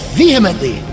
vehemently